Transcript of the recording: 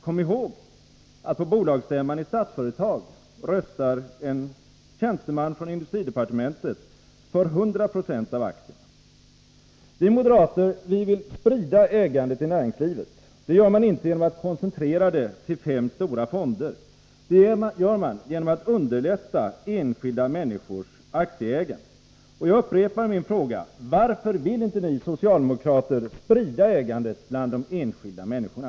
Kom ihåg att på bolagsstämman i Statsföretag röstar en tjänsteman från industridepartementet för 100 96 av aktierna! Vi moderater vill sprida ägandet i näringslivet. Det gör man inte genom att koncentrera det till fem stora fonder; det gör man genom att underlätta enskilda människors aktieägande. Jag upprepar min fråga: Varför vill inte ni socialdemokrater sprida ägandet bland de enskilda människorna?